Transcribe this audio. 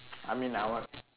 I mean I want